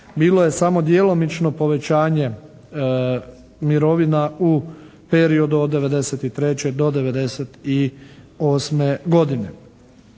bilo je samo djelomično povećanje mirovina u periodu od '93. do '98. godine.